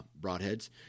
broadheads